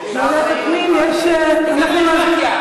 רגילה, זאת הייתה התעלמות,